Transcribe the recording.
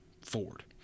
Ford